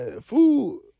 food